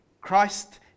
Christ